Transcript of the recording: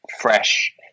fresh